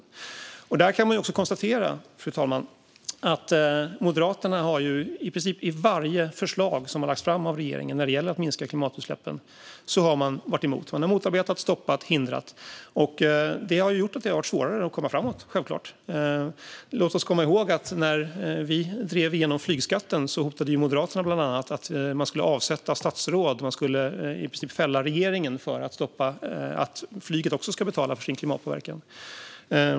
Fru talman! Där kan man konstatera att Moderaterna i princip varit emot varje förslag som lagts fram av regeringen när det gäller att minska klimatutsläppen. Man har motarbetat, stoppat och hindrat. Det har självklart gjort det svårare att komma framåt. Låt oss komma ihåg att när vi drev igenom flygskatten hotade Moderaterna bland annat att man skulle avsätta statsråd. Man skulle i princip fälla regeringen för att stoppa att flyget också ska betala för sin klimatpåverkan.